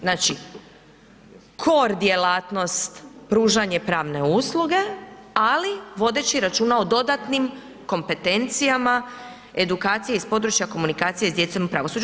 Znači kor djelatnost pružanje pravne usluge, ali vodeći računa o dodatnim kompetencijama edukacije iz područja komunikacije s djecom u pravosuđu.